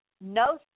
No